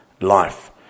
life